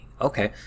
Okay